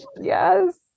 Yes